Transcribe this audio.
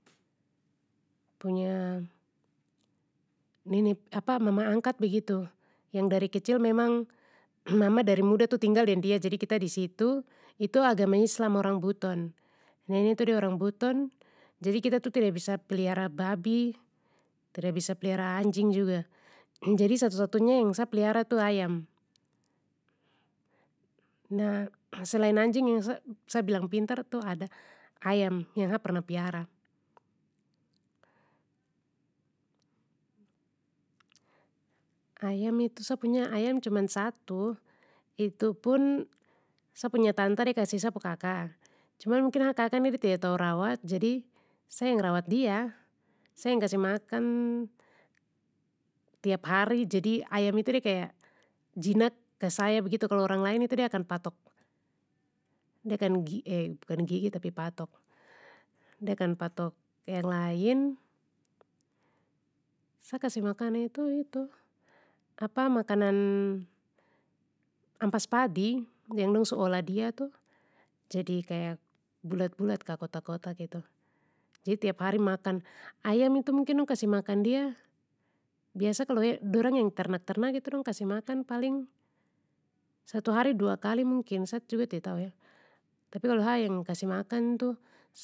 Punya, nene mama angkat begitu, yang dari kecil memang mama dari muda tinggal tu deng dia jadi kita disitu, itu agama islam orang buton, nene tu de orang buton, nene tu de orang buton, jadi kita tu tida bisa plihara babi tida bisa plihara anjing juga jadi satu satunya yang sa plihara tu ayam. Nah, selain anjing yang sa-sa bilang pintar tu ada ayam yang ha pernah piara. Ayam itu sa punya ayam cuma satu itu pun sa punya tanta de kasih sa pu kaka cuma mungkin ha kaka ni de tida tahu rawat jadi sa yang rawat dia, sa yang kasih makan, tiap hari jadi ayam itu de kaya jinak ke saya begitu kalo orang lain itu de akan patok. De akan gi eh-bukan gigit tapi patok. De akan patok yang lain, sa kasih makan itu-itu makanan, ampas padi yang dong su olah dia tu jadi kaya bulat bulat kah kotak kotak gitu. Jadi tiap hari makan, ayam itu mungkin dong kasih makan dia, biasa kalo eh dorang yang ternak ternak itu dong kasih makan paling, satu hari dua kali mungkin sa juga tida tahu eh tapi kalo ha yang kasih makan tu.